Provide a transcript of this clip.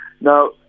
Now